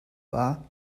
war